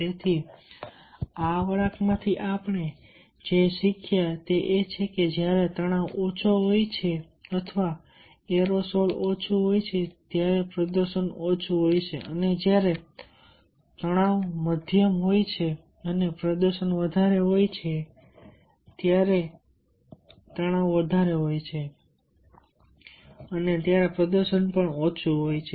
તેથી આ વળાંકમાંથી આપણે જે શીખ્યા તે એ છે કે જ્યારે તણાવ ઓછો હોય છે અથવા એરોસોલ ઓછું હોય છે ત્યારે પ્રદર્શન ઓછું હોય છે અને જ્યારે તણાવ મધ્યમ હોય છે અને પ્રદર્શન વધારે હોય છે અને જ્યારે તણાવ વધારે હોય છે ત્યારે પ્રદર્શન ઓછું હોય છે